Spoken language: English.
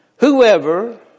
Whoever